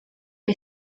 que